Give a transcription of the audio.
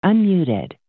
Unmuted